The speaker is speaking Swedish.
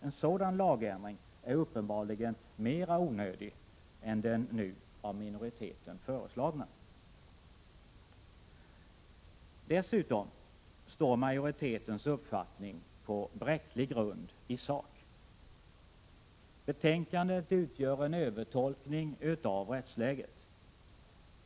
En sådan lagändring är uppenbarligen mera onödig än den nu av minoriteten föreslagna. Dessutom står majoritetens uppfattning på bräcklig grund isak. Betänkandet utgör en övertolkning av rättsläget.